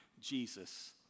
Jesus